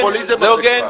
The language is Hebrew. --- הפופוליזם הזה כבר.